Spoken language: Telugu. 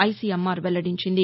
ఐసీఎంఆర్ వెల్లడించింది